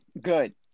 Good